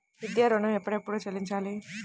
విద్యా ఋణం ఎప్పుడెప్పుడు చెల్లించాలి?